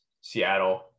Seattle